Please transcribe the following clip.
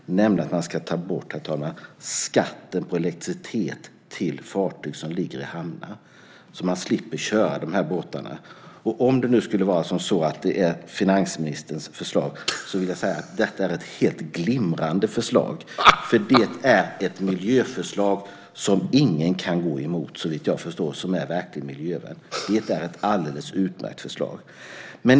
Det handlar, herr talman, om att ta bort skatten på elektricitet till fartyg som ligger i hamnar så att man slipper använda de båtarnas motorer. Om det skulle vara så att det är finansministerns förslag vill jag säga att det är ett helt glimrande förslag. Det är ett miljöförslag som såvitt jag förstår ingen som verkligen är miljövän kan gå emot. Det är alltså ett alldeles utmärkt förslag.